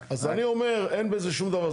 אז אני אומר, אין בזה שום דבר.